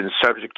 subject